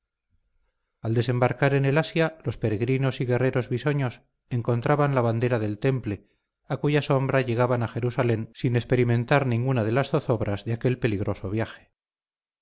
al desembarcar en el asia los peregrinos y guerreros bisoños encontraban la bandera del temple a cuya sombra llegaban a jerusalén sin experimentar ninguna de las zozobras de aquel peligroso viaje